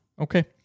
Okay